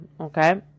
okay